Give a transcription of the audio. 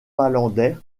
palander